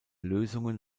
lösungen